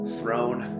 throne